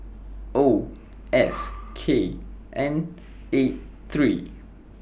O S K N eight three